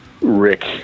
Rick